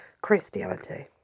Christianity